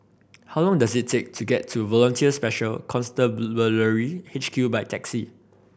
how long does it take to get to Volunteer Special Constabulary H Q by taxi